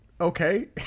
Okay